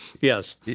Yes